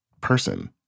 person